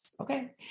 Okay